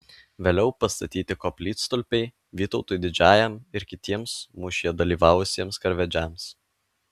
vėliau pastatyti koplytstulpiai vytautui didžiajam ir kitiems mūšyje dalyvavusiems karvedžiams